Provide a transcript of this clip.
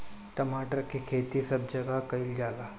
टमाटर के खेती सब जगह कइल जाला